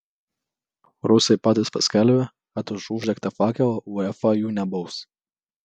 rusai patys paskelbė kad už uždegtą fakelą uefa jų nebaus